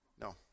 No